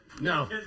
No